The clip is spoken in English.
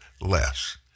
Less